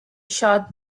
shot